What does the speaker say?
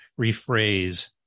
rephrase